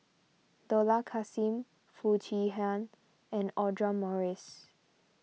Dollah Kassim Foo Chee Han and Audra Morrice